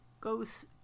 goes